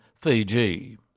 Fiji